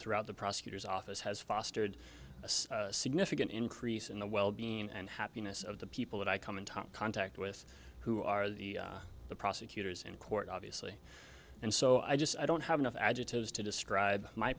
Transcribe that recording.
throughout the prosecutor's office has fostered a significant increase in the well being and happiness of the people that i come in tom contact with who are the the prosecutors in court obviously and so i just i don't have enough adjectives to describe my